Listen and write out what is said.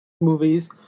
movies